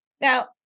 Now